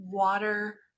Water